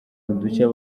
udushya